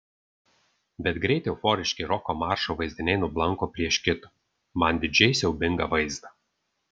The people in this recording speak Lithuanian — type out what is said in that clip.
bet greit euforiški roko maršo vaizdiniai nublanko prieš kitą man didžiai siaubingą vaizdą